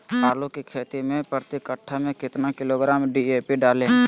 आलू की खेती मे प्रति कट्ठा में कितना किलोग्राम डी.ए.पी डाले?